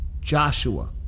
Joshua